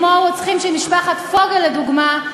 כמו הרוצחים של משפחת פוגל לדוגמה,